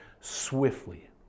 swiftly